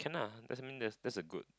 can lah doesn't mean that that's a good